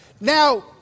Now